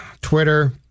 Twitter